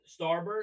Starburst